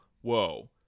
whoa